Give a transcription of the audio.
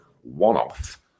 one-off